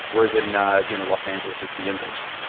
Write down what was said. whereas in ah you know los angeles, it's the inverse.